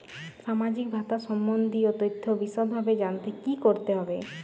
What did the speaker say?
সামাজিক ভাতা সম্বন্ধীয় তথ্য বিষদভাবে জানতে কী করতে হবে?